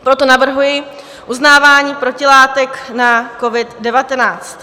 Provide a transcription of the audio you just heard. Proto navrhuji uznávání protilátek na COVID19.